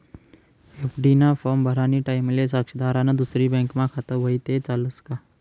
FD ना form भरानी टाईमले साक्षीदारनं दुसरी बँकमा खातं व्हयी ते चालस का